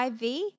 IV